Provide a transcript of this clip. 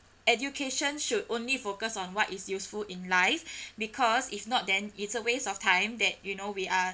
education should only focus on what is useful in life because if not then it's a waste of time that you know we are